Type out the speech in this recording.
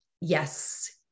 Yes